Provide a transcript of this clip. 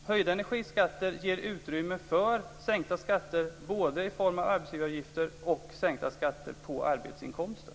Höjda energiskatter ger utrymme för sänkta skatter i form av både arbetsgivaravgifter och sänkta skatter på arbetsinkomster.